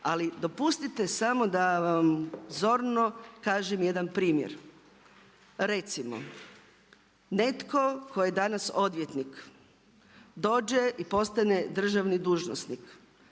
ali dopustite samo da vam zorno kažem jedan primjer. Recimo netko tko je danas odvjetnik dođe i postane državni dužnosnik,